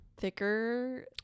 Thicker